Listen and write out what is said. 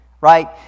right